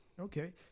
Okay